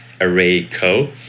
Array.co